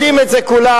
יודעים את זה כולם,